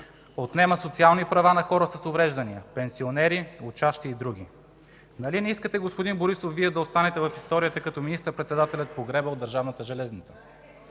...отнемане социални права на хора с увреждания, пенсионери, учащи и други. Нали не искате, господин Борисов, Вие да останете в историята като министър-председател, погребал държавната железница?!